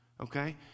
Okay